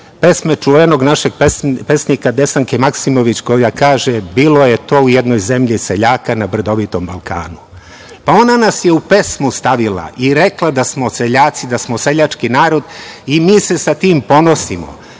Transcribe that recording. pesme čuvenog našeg pesnika Desanke Maksimović, koja kaže: "Bilo je to u jednoj zemlji seljaka na brdovitom Balkanu". Pa, ona nas je u pesmu stavila i rekla da smo seljaci, da smo seljački narod i mi se sa tim ponosimo. Balkanski